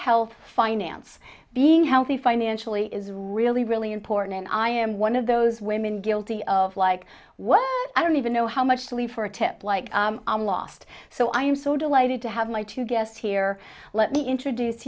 health finance being healthy financially is really really important and i am one of those women guilty of like one i don't even know how much to leave for a tip like i'm lost so i am so delighted to have my two guests here let me introduce